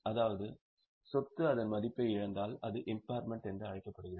அதாவது சொத்து அதன் மதிப்பை இழந்தால் அது இம்பார்மென்ட் என்று அழைக்கப்படுகிறது